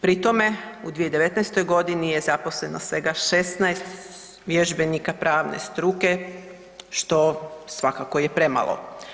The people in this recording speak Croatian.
Pri tome u 2019. godini je zaposleno svega 16 vježbenika pravne struke što svakako je premalo.